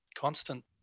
constant